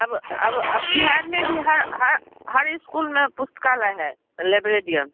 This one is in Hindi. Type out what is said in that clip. अब अब बिहार में भी हर हर हर एक स्कूल में पुस्तकालय है लाइब्रेरियम